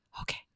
okay